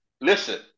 listen